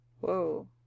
Whoa